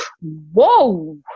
whoa